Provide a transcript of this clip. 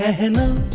ah hello.